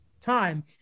time